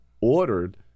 ordered